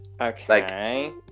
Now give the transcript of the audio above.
Okay